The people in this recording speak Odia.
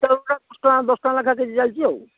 ବୋଇତାଳୁ ଗୁଡ଼ା ଦଶ ଟଙ୍କା ଦଶ ଟଙ୍କା ଲେଖାଏଁ କେଜି ଚାଲିଛି ଆଉ